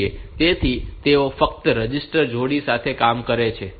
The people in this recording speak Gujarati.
તેથી તેઓ ફક્ત રજિસ્ટર જોડી સાથે કામ કરે છે